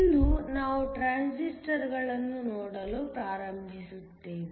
ಇಂದು ನಾವು ಟ್ರಾನ್ಸಿಸ್ಟರ್ ಗಳನ್ನು ನೋಡಲು ಪ್ರಾರಂಭಿಸುತ್ತೇವೆ